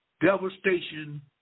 devastation